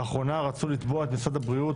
לאחרונה רצו לתבוע את משרד הבריאות